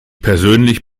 persönlich